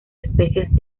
especies